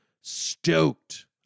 stoked